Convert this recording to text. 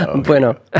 Bueno